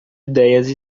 idéias